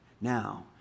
Now